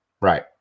Right